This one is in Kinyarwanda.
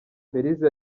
belise